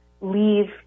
leave